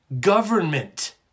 government